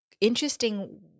interesting